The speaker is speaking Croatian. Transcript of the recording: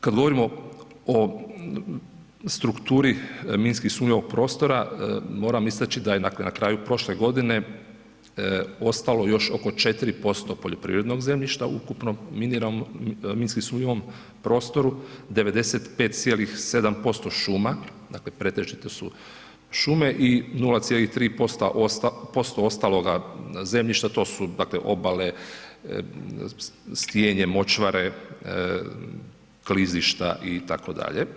Kad govorimo o strukturi minski sumnjivog prostora ... misleći da je na kraju prošle godine ostalo još oko 4% poljoprivrednog zemljišta ukupno minski sumnjivom prostoru, 95,7% šuma, dakle pretežito su šume i 0,3% ostaloga zemljišta to su dakle obale, stijenje, močvare klizišta itd.